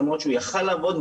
למרות שהוא יכול לעבוד,